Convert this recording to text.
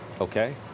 Okay